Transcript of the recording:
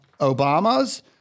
Obama's